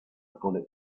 bullet